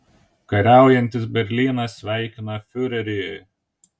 kariaujantis berlynas sveikina fiurerį